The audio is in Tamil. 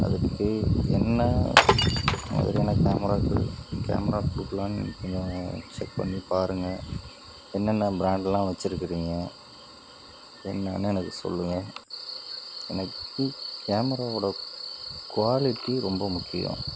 அதுக்கு என்ன மாதிரியான கேமராக்கு கேமரா கொடுக்குலான்னு கொஞ்சம் செக் பண்ணி பாருங்கள் என்னென்ன ப்ராண்டுலாம் வச்சிருக்குறீங்க என்னென்னு எனக்கு சொல்லுங்கள் எனக்கு கேமராவோடய குவாலிட்டி ரொம்ப முக்கியம்